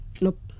nope